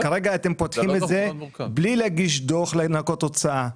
וכרגע אתם פותחים את זה בלי להגיש דו"ח לניקוי הוצאה;